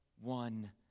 one